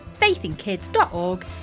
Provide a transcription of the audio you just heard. faithinkids.org